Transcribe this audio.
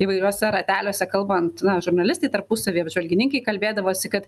įvairiuose rateliuose kalbant na žurnalistai tarpusavy apžvalgininkai kalbėdavosi kad